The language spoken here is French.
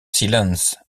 silence